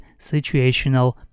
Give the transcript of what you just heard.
situational